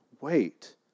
wait